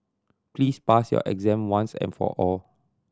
please pass your exam once and for all